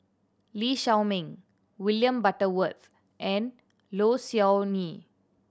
Lee Shao Meng William Butterworth and Low Siew Nghee